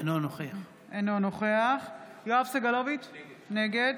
אינו נוכח יואב סגלוביץ' נגד